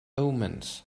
omens